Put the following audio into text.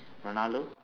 ronaldo